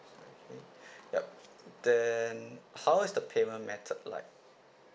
yup then how is the payment method like